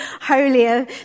holier